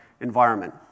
environment